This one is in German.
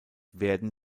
werden